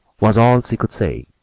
was all she could say,